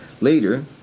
Later